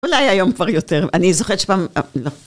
אולי היום כבר יותר, אני זוכרת שפעם...